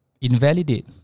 invalidate